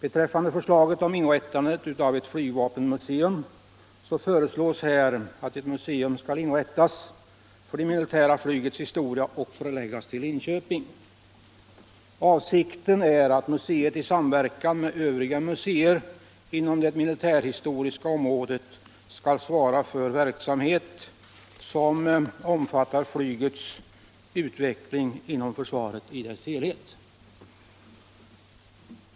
När det gäller flygvapenmuseum föreslås att ett museum skall inrättas för det militära flygets historia och förläggas till Linköping. Avsikten är att museet i samverkan med övriga museer inom det militärhistoriska området skall svara för en verksamhet som omfattar flygets utveckling inom försvaret i dess helhet.